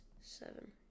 seven